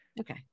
Okay